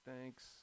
Thanks